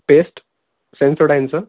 paste सेनसोडायनचं